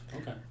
Okay